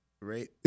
Right